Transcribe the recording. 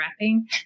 wrapping